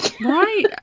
right